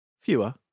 Fewer